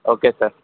okay sir